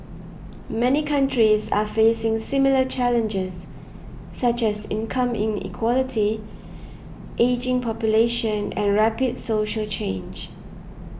many countries are facing similar challenges such as income inequality ageing population and rapid social change